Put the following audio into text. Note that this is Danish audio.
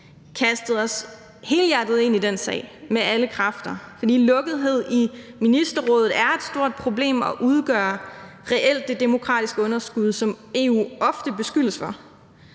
kastet os helhjertet ind i den sag med alle kræfter, for lukkethed i Ministerrådet er et stort problem og udgør reelt det demokratiske underskud, som EU ofte beskyldes for.